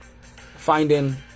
finding